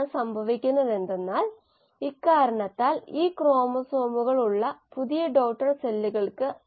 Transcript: ATP രൂപപ്പെടുന്നതിലേക്ക് നയിക്കുന്ന ഊർജ്ജ സ്രോതസ്സുകളും മറ്റും അത് കാർബൺ ഉറവിടത്തിന് തുല്യമാകാം അല്ലെങ്കിൽ അത് വ്യത്യസ്തമായിരിക്കും